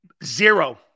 Zero